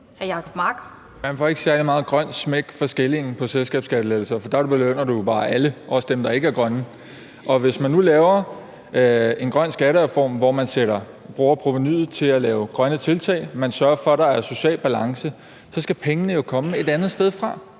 Man får ikke særlig meget grønt smæk for skillingen på selskabsskattelettelser, for der belønner du jo bare alle, også dem, der ikke er grønne. Hvis man nu laver en grøn skattereform, hvor man bruger provenuet til at lave grønne tiltag og sørger for, at der er social balance, så skal pengene jo komme et andet sted fra.